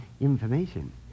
information